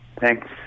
Thanks